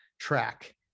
track